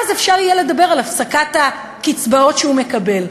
אז אפשר יהיה לדבר על הפסקת הקצבאות שהוא מקבל.